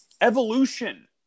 Evolution